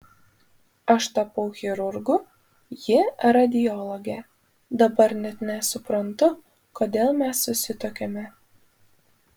aš tapau chirurgu ji radiologe dabar net nesuprantu kodėl mes susituokėme